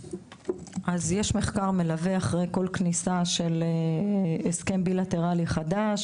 אז יש מחקר מלווה אחרי כל כניסה של הסכם בילטרלי חדש.